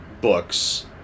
books